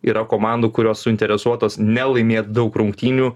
yra komandų kurios suinteresuotos ne laimėt daug rungtynių